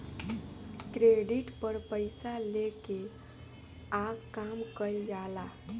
credit पर पइसा लेके आ काम कइल जाला